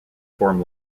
form